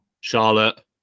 Charlotte